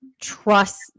trust